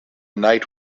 night